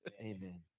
Amen